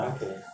Okay